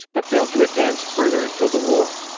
but failed to advance further until the war.